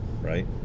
right